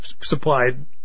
supplied